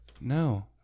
No